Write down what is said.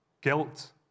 Guilt